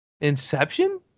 Inception